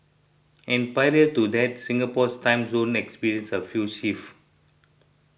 and prior to that Singapore's time zone experienced a few shift